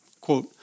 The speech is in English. Quote